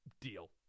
deal